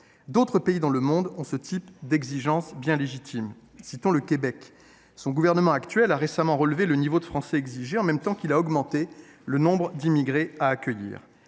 D’autres pays dans le monde ont adopté un même type d’exigence, bien légitime. Mentionnons le Québec : son gouvernement actuel a récemment relevé le niveau de français exigé, en même temps qu’il a augmenté le nombre d’immigrés à accueillir.